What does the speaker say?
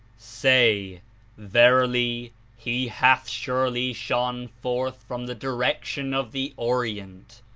say verily he hath surely shone forth from the direction of the orient,